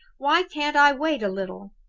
why can't i wait a little?